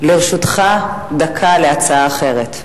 לרשותך דקה להצעה אחרת.